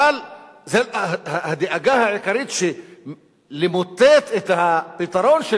אבל הדאגה העיקרית היא שלמוטט את הפתרון זה